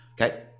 Okay